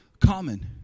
common